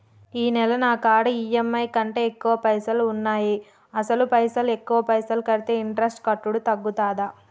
ఈ నెల నా కాడా ఈ.ఎమ్.ఐ కంటే ఎక్కువ పైసల్ ఉన్నాయి అసలు పైసల్ ఎక్కువ కడితే ఇంట్రెస్ట్ కట్టుడు తగ్గుతదా?